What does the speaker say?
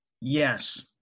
Yes